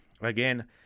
again